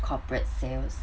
corporate sales